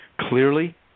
clearly